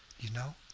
you know.